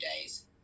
days